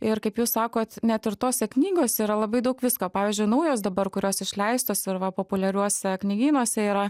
ir kaip jūs sakot net ir tose knygose yra labai daug visko pavyzdžiui naujos dabar kurios išleistos ir va populiariuose knygynuose yra